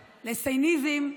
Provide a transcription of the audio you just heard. לסייניזם,